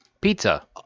Pizza